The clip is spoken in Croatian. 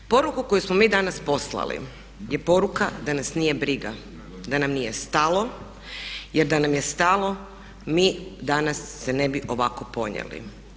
Poruku koju smo mi danas poslali je poruka da nas nije briga, da nam nije stalo jer da nam je stalo mi danas se ne bi ovako ponijeli.